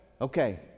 Okay